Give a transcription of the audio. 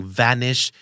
vanish